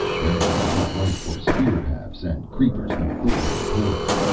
branches too light for spear-hafts, and creepers no thicker than cords,